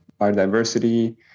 biodiversity